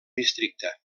districte